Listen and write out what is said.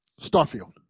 Starfield